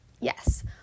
Yes